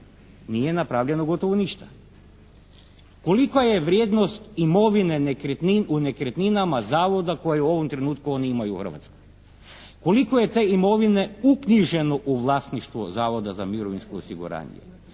nije napravljeno gotovo ništa. Kolika je vrijednost imovine u nekretninama zavoda koje u ovom trenutku oni imaju u Hrvatskoj? Koliko je te imovine uknjiženo u vlasništvo Zavoda za mirovinsko osiguranje?